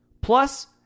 Plus